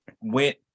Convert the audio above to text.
went